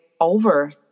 over